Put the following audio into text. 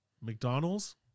McDonald's